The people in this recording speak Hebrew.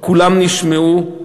וכולם נשמעו,